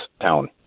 town